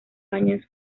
años